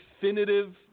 definitive